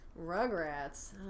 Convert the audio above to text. Rugrats